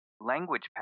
language